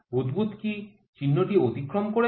বুদ্বুদ কি চিহ্নটি অতিক্রম করেছে